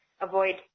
avoid